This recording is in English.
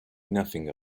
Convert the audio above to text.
nothing